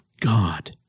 God